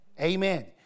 Amen